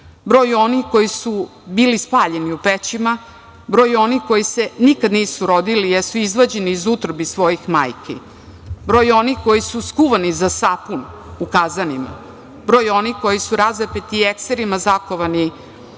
Broj onih koji su bili spaljeni u pećima, broj onih koji se nikad nisu rodili, jer su izvađeni iz utrobi svojih majki, broj onih koji su skuvani za sapun u kazanima, broj onih koji su razapeti i ekserima zakovani